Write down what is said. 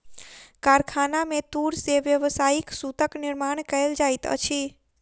कारखाना में तूर से व्यावसायिक सूतक निर्माण कयल जाइत अछि